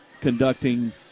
conducting